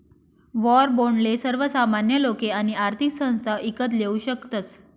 war बाॅन्डले सर्वसामान्य लोके आणि आर्थिक संस्था ईकत लेवू शकतस